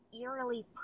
eerily